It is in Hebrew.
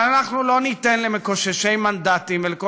אבל אנחנו לא ניתן למקוששי מנדטים ולכל